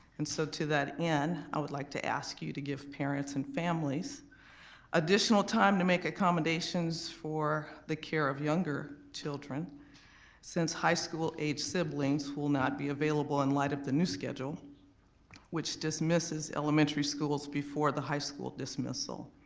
and so to that end, i would like to ask you to give parents and families additional time to make accommodations for the care of younger children since high school age siblings will not be available in light of the new schedule which dismisses elementary schools before the high school dismissal.